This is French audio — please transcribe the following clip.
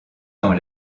dans